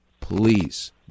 Please